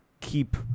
keep –